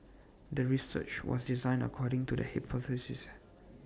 the research was designed according to the hypothesis